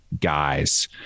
guys